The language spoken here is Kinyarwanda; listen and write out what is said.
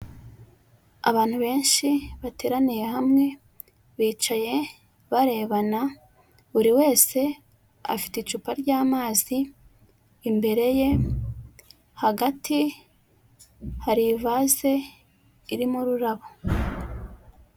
Abantu benshi bateraniye hamwe bicaye barebana buri wese afite icupa ryamazi imbere ye, hagati hari ivaze irimo ururabo.